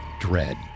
dread